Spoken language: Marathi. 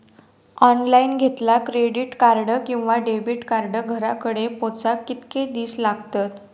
ऑनलाइन घेतला क्रेडिट कार्ड किंवा डेबिट कार्ड घराकडे पोचाक कितके दिस लागतत?